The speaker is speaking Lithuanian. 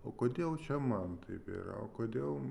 o kodėl čia man taip yra o kodėl